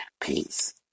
Peace